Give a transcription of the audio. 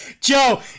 Joe